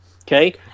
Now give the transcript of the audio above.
Okay